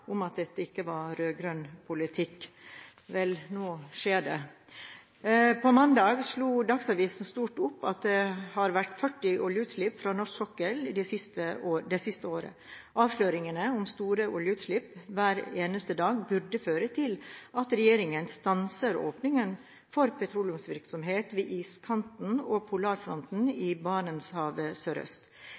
om at dette ikke var rød-grønn politikk. Vel, nå skjer det. På mandag slo Dagsavisen stort opp at det har vært 40 oljeutslipp fra norsk sokkel det siste året. Avsløringene om store oljeutslipp hver eneste dag burde føre til at regjeringen stanser åpningen for petroleumsvirksomhet ved iskanten og polarfronten i Barentshavet sørøst.